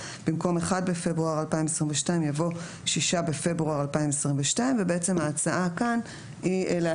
במקום "5 בפברואר 2022" יבוא 27 בפברואר 2022". בתקנת משנה (ב) (שזה תקנה 9א רבא השכלה גבוהה),